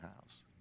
house